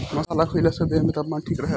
मसाला खईला से देह में तापमान ठीक रहेला